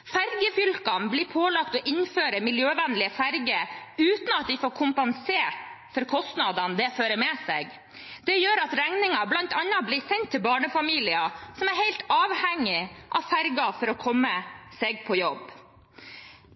i pumpeprisen. Ferjefylkene blir pålagt å innføre miljøvennlige ferjer uten at de får kompensert for kostnadene det fører med seg. Det gjør at regningen bl.a. blir sendt til barnefamilier som er helt avhengige av ferje for å komme seg på jobb.